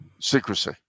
secrecy